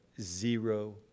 zero